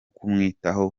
kumwitaho